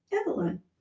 Evelyn